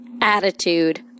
attitude